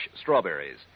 strawberries